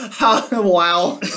wow